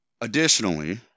Additionally